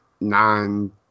nine